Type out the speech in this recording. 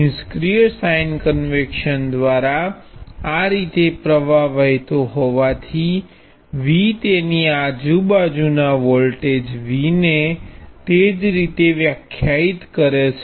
નિષ્ક્રિય sign convention દ્વારા આ રીતે પ્રવાહ વહેતો હોવાથી V તેની આજુબાજુના વોલ્ટેજ V ને તે જ રીતે વ્યાખ્યાયિત કરે છે